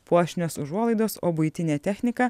puošnios užuolaidos o buitinė technika